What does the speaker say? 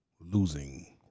losing